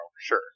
sure